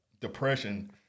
Depression